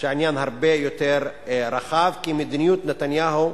שהעניין הרבה יותר רחב, כי מדיניות נתניהו,